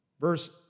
Verse